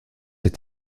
est